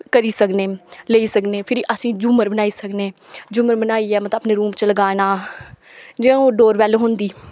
करी सकने लेई सकने फिरी अस झूमर बनाई सकने झूमर बनाइयै मतलब अपने रूम च लगाना जि'यां हून डोर बेल होंदी